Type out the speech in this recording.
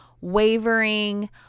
wavering